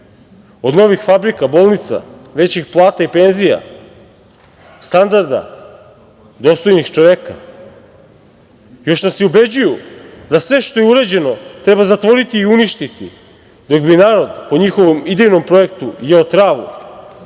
Od novih fabrika, bolnica, većih plata i penzija, standarda dostojnih čoveka? Još nas ubeđuju da sve što je urađeno treba zatvoriti i uništiti, dok bi narod po njihovom idejnom projektu jeo travu